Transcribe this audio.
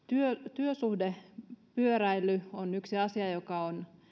työsuhdepyöräily on yksi asia joka on